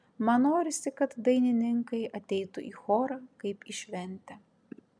man norisi kad dainininkai ateitų į chorą kaip į šventę